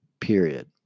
period